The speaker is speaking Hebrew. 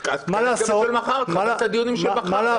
אז תחברו את זה לדיונים של מחר.